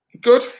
good